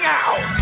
out